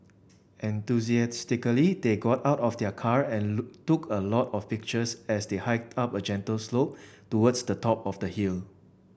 enthusiastically they got out of the car and look took a lot of pictures as they hiked up a gentle slope towards the top of the hill